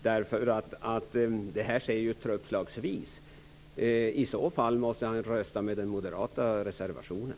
Det här sker ju truppslagsvis. I så fall måste alltså Lennart Klockare rösta för den moderata reservationen.